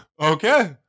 Okay